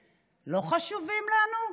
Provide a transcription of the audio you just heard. לא חשובים לנו?